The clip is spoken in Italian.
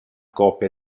copia